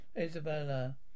Isabella